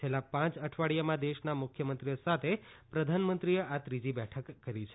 છેલ્લા પાંચ અઠવાડિયામાં દેશના મુખ્યમંત્રીઓ સાથે પ્રધાનમંત્રીએ આ ત્રીજી બેઠક કરી છે